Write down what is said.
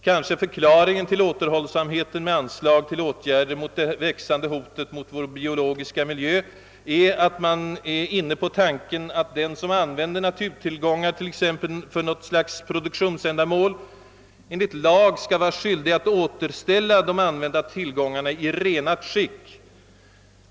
Kanske förklaringen till återhållsamheten med anslag till åtgärder avseende det växande hotet mot vår biologiska miljö är att man är inne på tanken att den som använder naturtillgångar t.ex. för något slags produktionsändamål enligt lag skall vara skyldig att återställa de använda tillgångarna i renat skick.